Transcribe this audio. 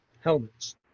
helmets